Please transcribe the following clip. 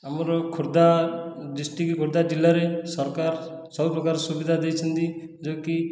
ଆମର ଖୋର୍ଦ୍ଧା ଡିଷ୍ଟ୍ରିକ୍ଟ ଖୋର୍ଦ୍ଧା ଜିଲ୍ଲାରେ ସରକାର ସବୁପ୍ରକାର ସୁବିଧା ଦେଇଛନ୍ତି ଯେ କି